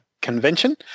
Convention